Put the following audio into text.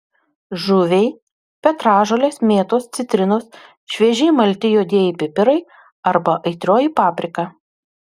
žuviai petražolės mėtos citrinos šviežiai malti juodieji pipirai arba aitrioji paprika